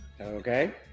Okay